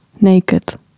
Naked